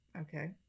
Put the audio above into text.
Okay